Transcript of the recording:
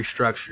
restructured